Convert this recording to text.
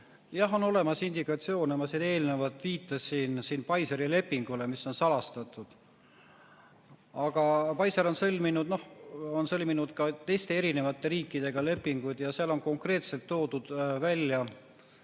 Jah, on olemas indikatsioone. Ma siin eelnevalt viitasin Pfizeri lepingule, mis on salastatud. Aga Pfizer on sõlminud ka teiste riikidega lepinguid ja seal on konkreetselt toodud välja